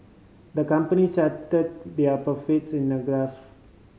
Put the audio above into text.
the company charted their profits in a graph